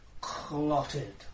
clotted